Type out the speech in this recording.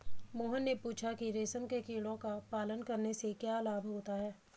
मोहन ने पूछा कि रेशम के कीड़ों का पालन करने से क्या लाभ होता है?